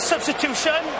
Substitution